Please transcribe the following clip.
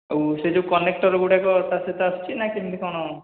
ଆଉ ସେ ଯେଉଁ କନେକ୍ଟର୍ଗୁଡ଼ାକ ତା'ସହିତ ଆସୁଛି ନା କେମିତି କ'ଣ